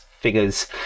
figures